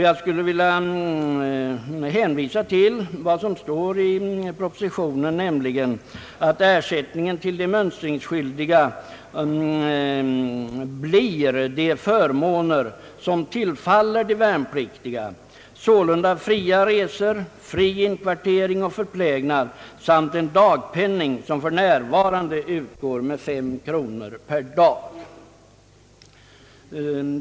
Jag skulle vilja hänvisa till vad som står i propositionen, nämligen att de mönstringsskyldiga får de förmåner som tillfaller de värnpliktiga, sålunda fria resor, fri inkvartering och förplägnad samt en dagpenning, som för närvarande uppgår till fem kronor.